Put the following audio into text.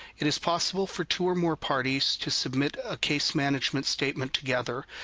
it is possible for two or more parties to submit a case management statement together.